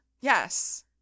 Yes